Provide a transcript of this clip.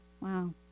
Wow